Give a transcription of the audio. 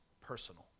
personal